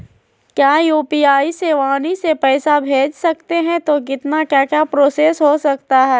क्या यू.पी.आई से वाणी से पैसा भेज सकते हैं तो कितना क्या क्या प्रोसेस हो सकता है?